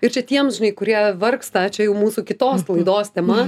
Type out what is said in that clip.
ir čia tiems žinai kurie vargsta čia jau mūsų kitos laidos tema